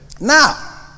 Now